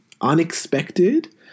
unexpected